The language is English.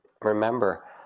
Remember